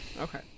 okay